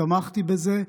תמכתי בזה,